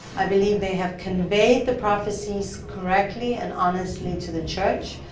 i believe they have conveyed the prophecies correctly and honestly to the church,